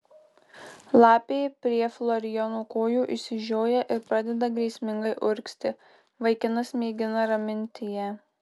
lapė prie florijono kojų išsižioja ir pradeda grėsmingai urgzti vaikinas mėgina raminti ją